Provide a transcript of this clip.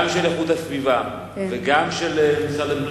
גם של איכות הסביבה וגם של משרד הבינוי